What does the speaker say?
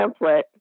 template